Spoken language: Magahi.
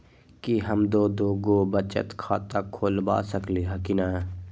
कि हम दो दो गो बचत खाता खोलबा सकली ह की न?